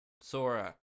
Sora